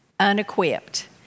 Unequipped